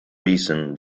reason